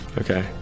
Okay